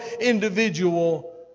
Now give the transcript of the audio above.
individual